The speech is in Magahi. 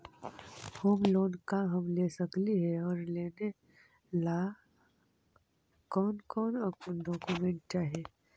होम लोन का हम ले सकली हे, और लेने ला कोन कोन डोकोमेंट चाही?